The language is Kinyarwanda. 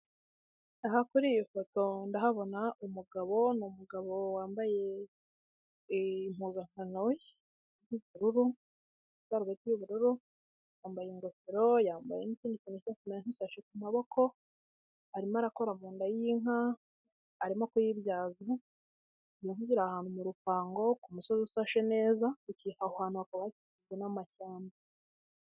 Aha kuri iyo foto ndahabona umugabo, ni umugabo wambaye impuzankano y'ubururu isarubeti y'ubururu yambaye ingofero yambaye yambaye n'ikindi kintu kujya kumera nk'isashi ku maboko arimo arakora mu nda y'inka arimo kuyibyaza iyo nka iri ahantu mu rupango ku musozi ushashe neza aho hantu hakaba hakikijwe n'amashyamba.